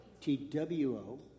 T-W-O